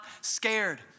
scared